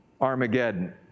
Armageddon